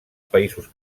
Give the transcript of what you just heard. països